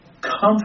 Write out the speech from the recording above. comfort